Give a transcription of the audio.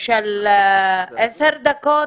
של עשר דקות.